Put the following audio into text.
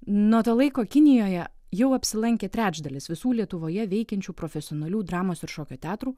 nuo to laiko kinijoje jau apsilankė trečdalis visų lietuvoje veikiančių profesionalių dramos ir šokio teatrų